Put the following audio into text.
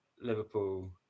Liverpool